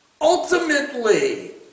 Ultimately